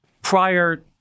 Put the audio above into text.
prior